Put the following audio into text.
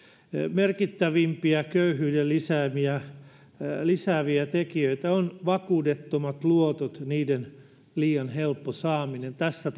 merkittävimpiä köyhyyttä lisääviä lisääviä tekijöitä ovat vakuudettomat luotot niiden liian helppo saaminen tässä